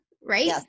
right